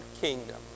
kingdom